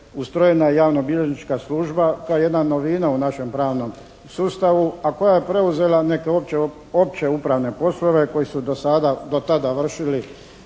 ustrojena je javnobilježnička služba kao jedna novina u našem pravnom sustavu a koja je preuzela neke opće upravne poslove koji su do tada vršili